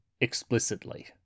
explicitly